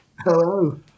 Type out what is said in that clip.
Hello